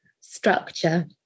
structure